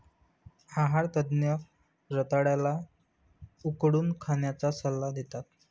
आहार तज्ञ रताळ्या ला उकडून खाण्याचा सल्ला देतात